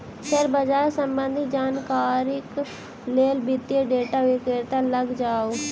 share बाजार सम्बंधित जानकारीक लेल वित्तीय डेटा विक्रेता लग जाऊ